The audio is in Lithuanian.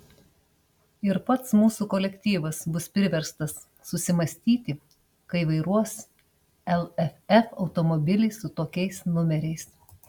ir pats mūsų kolektyvas bus priverstas susimąstyti kai vairuos lff automobilį su tokiais numeriais